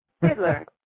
Hitler